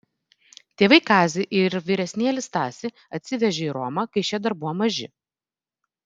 tėvai kazį ir vyresnėlį stasį atsivežė į romą kai šie dar buvo maži